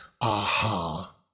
Aha